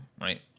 right